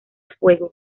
fuego